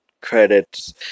credits